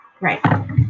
Right